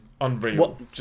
unreal